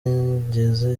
ngeze